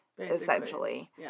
essentially